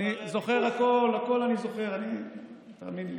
אני זוכר הכול, הכול אני זוכר, תאמין לי.